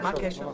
מה הקשר?